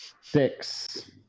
Six